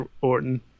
Orton